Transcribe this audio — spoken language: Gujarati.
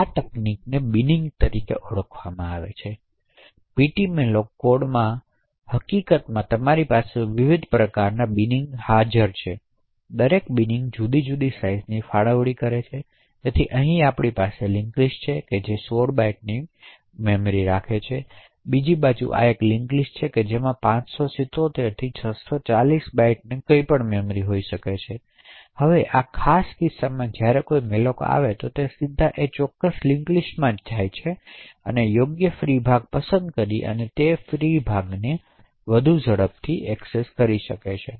આપણે તેને બીનીંગ તરીકે ઓળખીએ છીએ ptmalloc કોડમાં હકીકતમાં તમારી પાસે વિવિધ પ્રકારનાં બીનીંગ છે અને દરેક બીનીંગ જુદી જુદી સાઇઝની ફાળવણી કરે છે જેથી અહીં આપણી પાસે લિંક્ડ લિસ્ટ છે જે 16 બાઇટ્સની બધી મેમરી રાખે છે બીજી બાજુ આ એક લિંક્સ લિસ્ટ છે જેમાં 577 થી 640 બાઇટ્સ કંઈપણ મેમરી હોય છે તેથી હવે આ ખાસ કિસ્સામાં જ્યારે કોઈ મેલોક આવે છે ત્યારે તે સીધા તે ચોક્કસ લિંક લિસ્ટમાં જઈ શકે છે અને યોગ્ય ફ્રી ભાગ પસંદ કરી અને તે ફ્રી ભાગને વધુ ઝડપથી ફાળવે છે